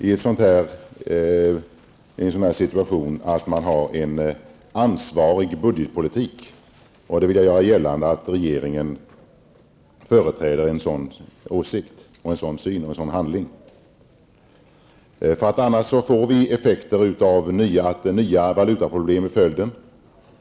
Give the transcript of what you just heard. I en sådan situation krävs det att man har en budgetpolitik med ansvar. Jag vill göra gällande att regeringen företräder en sådan åsikt, en sådan syn och en sådan handling. Detta får annars effekten att vi får nya valutaproblem.